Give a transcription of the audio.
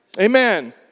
Amen